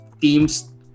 teams